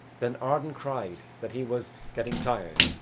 then arden cried that he was getting tired,